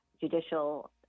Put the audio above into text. judicial